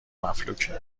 مفلوکه